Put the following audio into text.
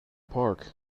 park